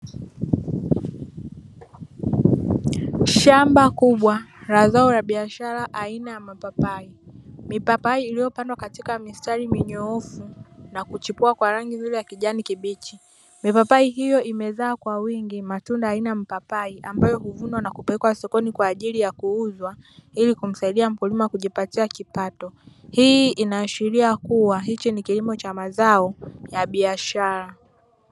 Shamba kubwa, la zao la biashara aina ya mapapai, mipapai iliyopanwa katika mistari minyoofu na kuchipua kwa rangi zile ya kijani kibichi, mipapai hiyo imezaa kwa wingi matunda aina ya mpapai ambayo huvunwa na kupelekwa sokoni kwa ajili ya kuuzwa ili kumsaidia mkulima kujipatia kipato. Hii inaashiria kuwa hichi ni kilimo cha mazao ya biashara.